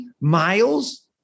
miles